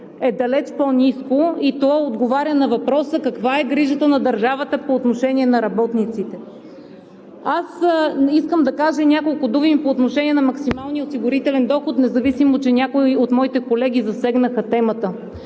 е далеч по-ниско и то отговаря на въпроса: каква е грижата на държавата по отношение на работниците? Искам да кажа и няколко думи по отношение на максималния осигурителен доход, независимо че някои от моите колеги засегнаха темата.